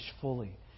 fully